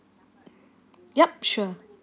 yup sure